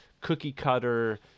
cookie-cutter